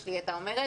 שלי הייתה אומרת,